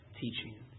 teaching